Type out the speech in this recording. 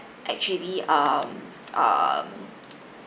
actually um um